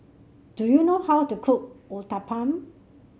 do you know how to cook Uthapam